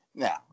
Now